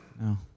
No